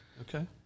Okay